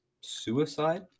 suicide